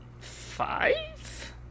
Five